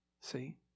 see